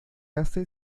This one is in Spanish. hace